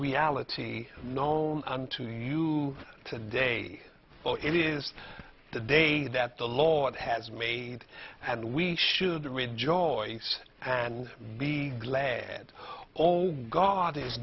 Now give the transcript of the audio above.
reality known to you today oh it is the day that the lord has made and we should rejoice and be glad all god is